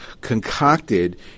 concocted